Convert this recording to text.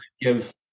give